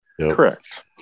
correct